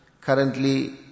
Currently